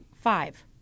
Five